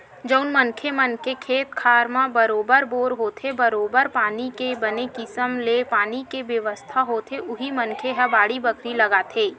जउन मनखे मन के खेत खार म बरोबर बोर होथे बरोबर पानी के बने किसम ले पानी के बेवस्था होथे उही मनखे ह बाड़ी बखरी लगाथे